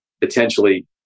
potentially